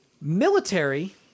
Military